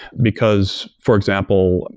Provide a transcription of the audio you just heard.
because for example,